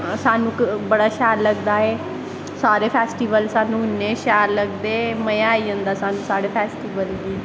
स्हानू बड़ा शैल लगदा एह् सारे फैस्टिवल स्हानू इन्ने शैल लगदे मज़ा आई जंदा साढ़े फैस्टिवल गी